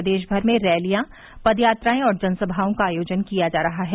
प्रदेश भर में रैलियां पद यात्राएं और जन सभाओं का आयोजन किया जा रहा है